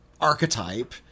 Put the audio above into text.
archetype